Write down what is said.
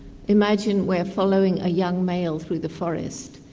imagine we're following a young male through the forest.